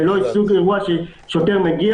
זה לא סוג אירוע ששוטר מגיע.